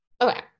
Okay